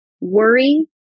worry